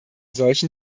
solchen